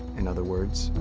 in other words,